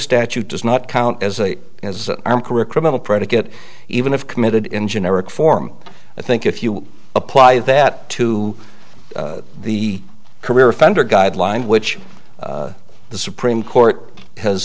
statute does not count as a as a career criminal predicate even if committed in generic form i think if you apply that to the career offender guidelines which the supreme court has